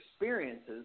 experiences